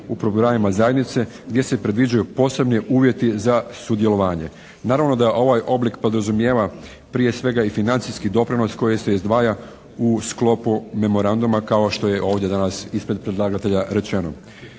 u problemima zajednice gdje se predviđaju posebni uvjeti za sudjelovanje. Naravno da ovaj oblik podrazumijeva prije svega i financijski doprinos koji se izdvaja u sklopu memoranduma kao što je ovdje danas ispred predlagatelja rečeno.